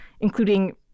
including